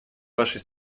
вашей